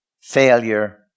failure